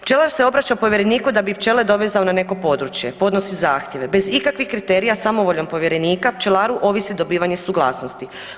Pčelar se obraća povjereniku da bi pčele dovezao na neko područje, podnosi zahtjeve, bez ikakvih kriterija, samovoljnom povjerenika, pčelaru ovisi dobivanje suglasnosti.